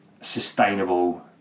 sustainable